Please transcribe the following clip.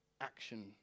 action